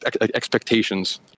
expectations